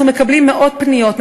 אנחנו מקבלים מאות פניות,